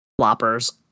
floppers